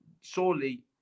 surely